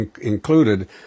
included